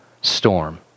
storm